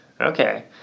Okay